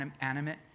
animate